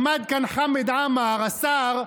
עמד כאן חמד עמאר, השר,